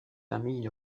familles